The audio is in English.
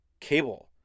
cable